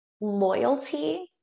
Loyalty